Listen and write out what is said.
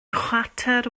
chwarter